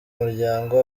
muryango